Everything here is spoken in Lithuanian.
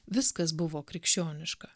viskas buvo krikščioniška